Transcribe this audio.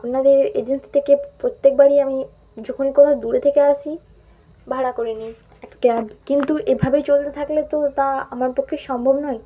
আপনাদের এজেন্সি থেকে প্রত্যেকবারই আমি যখনই কোথাও দূরে থেকে আসি ভাড়া করে নিই এক ক্যাব কিন্তু এভাবেই চলতে থাকলে তো তা আমার পক্ষে সম্ভব নয়